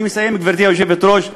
אני מסיים, גברתי היושבת-ראש,